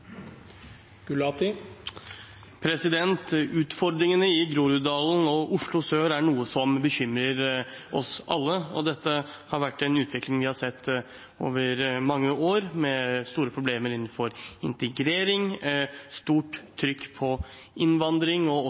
noe som bekymrer oss alle. Det er en utvikling vi har sett over mange år, med store problemer innenfor integrering, stort trykk på innvandring og